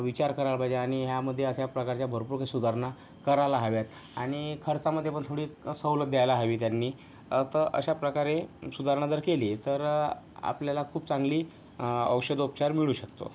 विचार करायला पाहिजे आणि ह्यामध्ये अशा प्रकारच्या भरपूर सुधारणा करायला हव्यात आणि खर्चामध्ये पण थोडी सवलत द्यायला हवी त्यांनी तर अशा प्रकारे सुधारणा जर केली तर आपल्याला खूप चांगली औषधोपचार मिळू शकतो